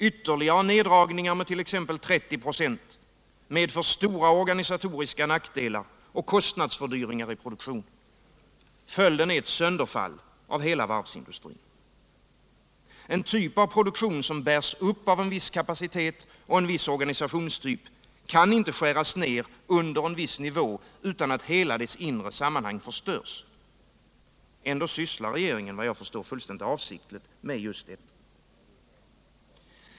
Ytterligare neddragningar med t.ex. 30 26 medför stora organisatoriska nackdelar och kostnadsfördyringar i produktionen. Följden är ett sönderfall av hela varvsindustrin. En typ av produktion som bärs upp av en viss kapacitet och en viss organisationstyp kan inte skäras ner under en viss nivå utan att hela dess inre sammanhang förstörs. Men ändå sysslar regeringen, såvitt jag förstår, fullständigt avsiktligt med just detta.